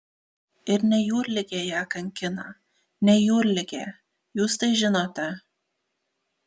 ir ne jūrligė ją kankina ne jūrligė jūs tai žinote